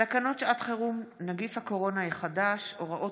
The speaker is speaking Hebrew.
תקנות שעת חירום (נגיף הקורונה החדש) (הוראות